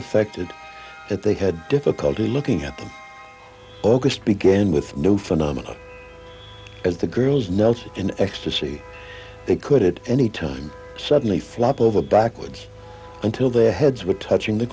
affected that they had difficulty looking at august began with new phenomena as the girls knelt in ecstasy they could at any time suddenly flop over backwards until their heads were touching the